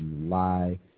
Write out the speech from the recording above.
July